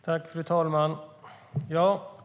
Fru talman!